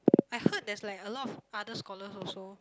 I heard there's like a lot of other scholars also